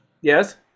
Yes